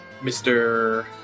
Mr